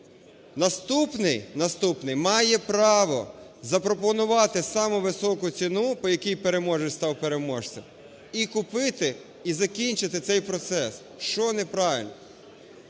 наступний має право запропонувати саму високу ціну, по якій переможець став переможцем, і купити, і закінчити цей процес. Що неправильно?